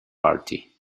party